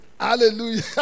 Hallelujah